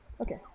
Okay